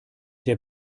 der